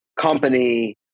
company